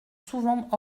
souvent